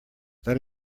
that